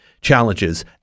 challenges